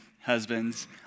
husbands